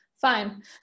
fine